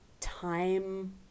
time